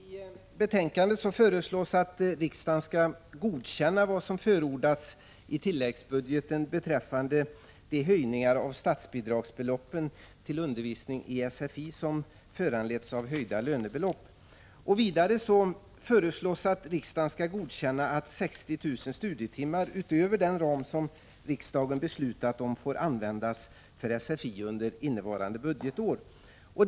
Fru talman! I betänkandet föreslås att riksdagen skall godkänna vad som förordats i tilläggsbudgeten beträffande de höjningar av statsbidragsbeloppen till undervisning i sfi som föranletts av höjda lönebelopp. Vidare föreslås att riksdagen skall godkänna att 60 000 studietimmar, utöver den ram som riksdagen beslutat om, får användas för sfi under innevarande budgetår.